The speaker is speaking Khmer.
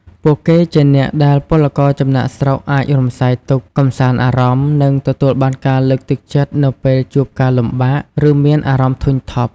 ពួកគេជាអ្នកដែលពលករចំណាកស្រុកអាចរំសាយទុក្ខ កម្សាន្តអារម្មណ៍ និងទទួលបានការលើកទឹកចិត្តនៅពេលជួបការលំបាក ឬមានអារម្មណ៍ធុញថប់ ។